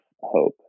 hope